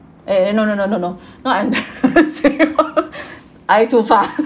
eh eh no no no no no no not embarrassing one I too far